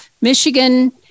Michigan